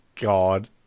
God